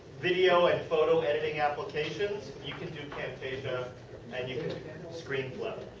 video and photo editing applications you can do camtasia and you can do screenflow.